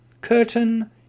Curtain